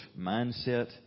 mindset